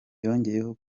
yongeyeko